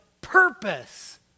purpose